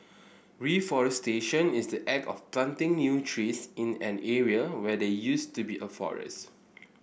reforestation is the act of planting new trees in an area where there used to be a forest